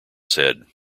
said